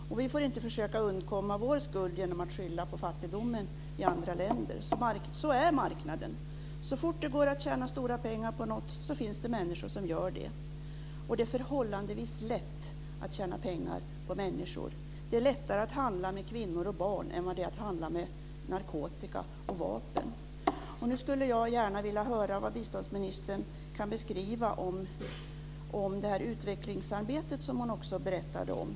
Vi får inte försöka undkomma vår skuld genom att skylla på fattigdomen i andra länder. Sådan är marknaden, att så fort det går att tjäna stora pengar på något, finns det människor som gör det. Och det är förhållandevis lätt att tjäna pengar på människor. Det är lättare att handla med kvinnor och barn än vad det är att handla med narkotika och vapen. Nu skulle jag gärna vilja höra om biståndsministern kan beskriva det utvecklingsarbete som hon berättade om.